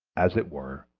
as it were,